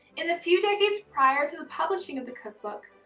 in the few decades prior to the publishing of the cookbook,